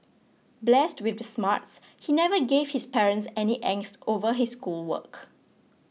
blessed with the smarts he never gave his parents any angst over his schoolwork